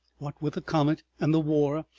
what with the comet and the war,